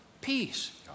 Peace